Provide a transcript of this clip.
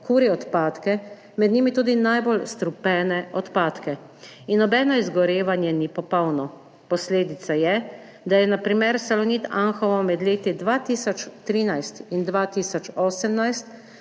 kuri odpadke, med njimi tudi najbolj strupene odpadke. In nobeno izgorevanje ni popolno. Posledica je, da je na primer Salonit Anhovo med letoma 2013 in 2018